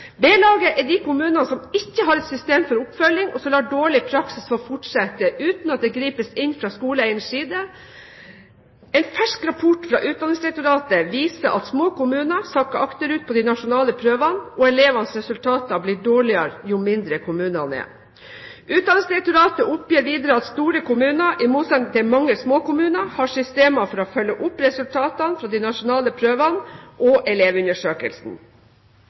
er de kommunene som ikke har et system for oppfølging, og som lar dårlig praksis få fortsette uten at det gripes inn fra skoleeierens side. En fersk rapport fra Utdanningsdirektoratet viser at små kommuner sakker akterut på de nasjonale prøvene, og elevenes resultater blir dårligere jo mindre kommunene er. Utdanningsdirektoratet oppgir videre at store kommuner, i motsetning til mange små kommuner, har systemer for å følge opp resultatene fra de nasjonale prøvene og